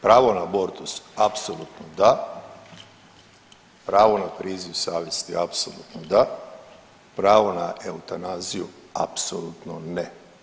Pravo na abortus apsolutno da, pravo na priziv savjesti apsolutno da, pravo na eutanaziju apsolutno ne.